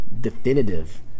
definitive